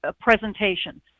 presentation